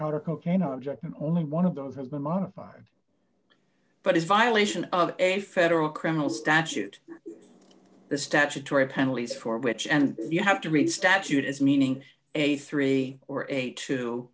powder cocaine object and only one of those has been modified but is violation of a federal criminal statute the statutory penalties for which you have to read statute as meaning a three or eight to